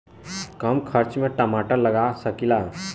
कम खर्च में टमाटर लगा सकीला?